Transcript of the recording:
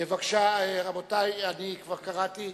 רבותי, כבר קראתי.